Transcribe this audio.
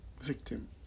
victim